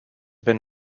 been